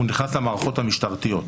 הוא נכנס למערכות המשטרתיות.